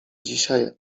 dzisiaj